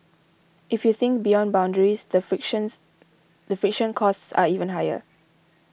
if you think beyond boundaries the frictions the friction costs are even higher